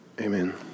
amen